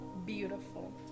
Beautiful